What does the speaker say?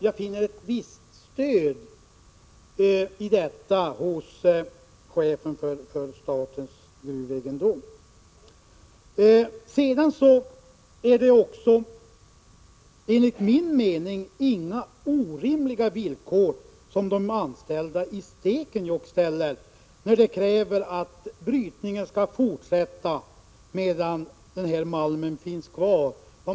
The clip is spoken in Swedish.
Jag finner ett visst stöd för detta hos chefen för statens gruvegendom. Enligt min mening är det inga orimliga villkor som de anställda i Stekenjokk ställer när de kräver att brytningen skall fortsätta medan denna malm finns kvar.